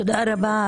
תודה רבה,